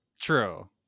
True